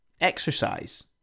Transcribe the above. Exercise